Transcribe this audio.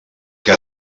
que